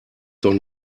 doch